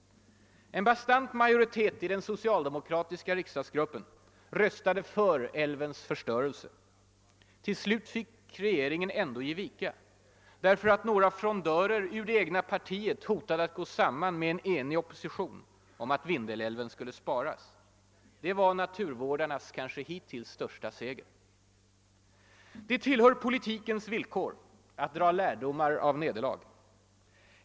En bastant majoritet i den so cialdemokratiska riksdagsgruppen röstade för älvens förstörelse. Till slut fick regeringen ändå ge vika, därför att några frondörer ur det egna partiet hotade gå samman med en enig opposition om att Vindelälven skulle sparas. Det var naturvårdarnas kanske hittills största seger. Det tillhör politikens villkor att dra lärdomar av nederlag.